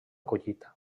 collita